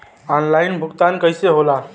Online भुगतान कईसे होला?